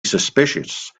suspicious